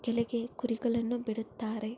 ಕೆಳಗೆ ಕುರಿಗಳನ್ನು ಬಿಡುತ್ತಾರೆ